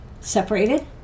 separated